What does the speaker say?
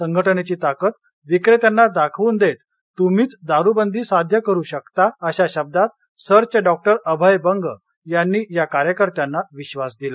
संघटनेची ताकद विक्रेत्यांना दाखवून देत तुम्हीच दारूबंदी साध्य करू शकता अशा शब्दात सर्चचे डॉक्टर अभय बंग यांनी या कार्यकर्त्यांना विधास दिला